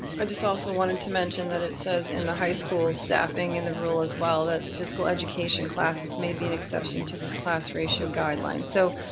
i just also wanted to mention that it says in the high school staffing in the rule as well, that physical education classes may be an exception to this class ratio guideline. so,